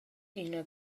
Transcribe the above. ina